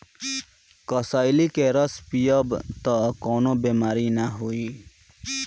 करइली के रस पीयब तअ कवनो बेमारी नाइ होई